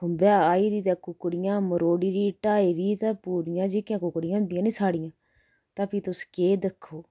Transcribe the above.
खुम्बै आई'र ते कुक्कड़ियां मरोड़ी टाई दी ते पूरी जेह्कियां कुक्कड़ियां होंदियां साढ़ियां तां फ्ही तुस केह् दिक्खो